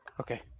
Okay